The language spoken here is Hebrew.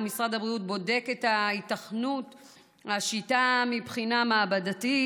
ומשרד הבריאות בודק את היתכנות השיטה מבחינה מעבדתית,